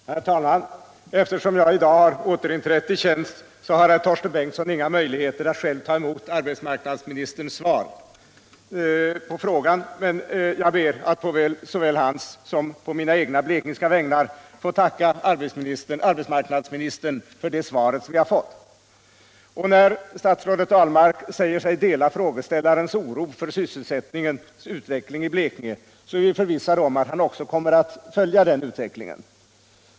Herr talman! Eftersom jag i dag har återinträtt i tjänst har herr Bengtsson i Sölvesborg inga möjligheter att själv ta emot arbetsmarknadsministerns svar på frågan, men jag ber att på såväl herr Bengtssons som mina egna blekingska vägnar få tacka arbetsmarknadsministern för svaret. När statsrådet Ahlmark säger sig dela frågeställarens oro för sysselsättningens utveckling i Blekinge, är vi förvissade om att statsrådet också kommer att följa den utvecklingen.